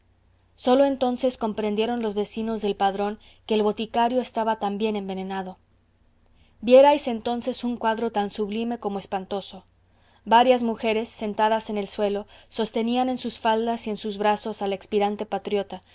sólo entonces comprendieron los vecinos del padrón que el boticario estaba también envenenado vierais entonces un cuadro tan sublime como espantoso varias mujeres sentadas en el suelo sostenían en sus faldas y en sus brazos al expirante patriota